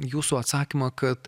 jūsų atsakymą kad